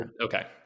okay